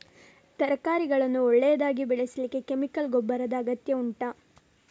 ತರಕಾರಿಗಳನ್ನು ಒಳ್ಳೆಯದಾಗಿ ಬೆಳೆಸಲಿಕ್ಕೆ ಕೆಮಿಕಲ್ ಗೊಬ್ಬರದ ಅಗತ್ಯ ಉಂಟಾ